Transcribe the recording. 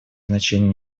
значение